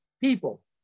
people